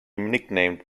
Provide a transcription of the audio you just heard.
nicknamed